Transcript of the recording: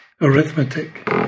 arithmetic